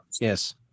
Yes